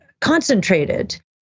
concentrated